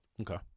Okay